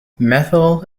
methyl